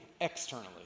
externally